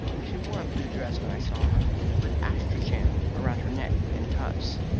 she wore a blue dress when i saw her, with astrachan about her neck and cuffs.